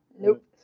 Nope